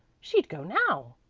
she'd go now.